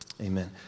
Amen